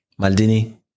Maldini